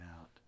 out